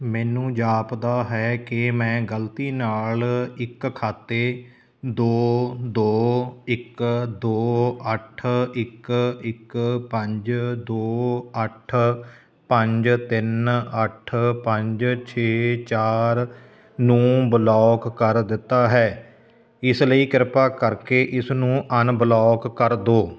ਮੈਨੂੰ ਜਾਪਦਾ ਹੈ ਕਿ ਮੈਂ ਗਲਤੀ ਨਾਲ ਇੱਕ ਖਾਤੇ ਦੋ ਦੋ ਇੱਕ ਦੋ ਅੱਠ ਇੱਕ ਇੱਕ ਪੰਜ ਦੋ ਅੱਠ ਪੰਜ ਤਿੰਨ ਅੱਠ ਪੰਜ ਛੇ ਚਾਰ ਨੂੰ ਬਲੋਕ ਕਰ ਦਿੱਤਾ ਹੈ ਇਸ ਲਈ ਕਿਰਪਾ ਕਰਕੇ ਇਸ ਨੂੰ ਅਨਬਲੋਕ ਕਰ ਦਿਉ